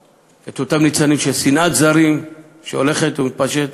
את אותם ניצנים של שנאת זרים שהולכת ומתפשטת.